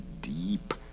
deep